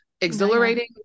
exhilarating